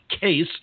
Case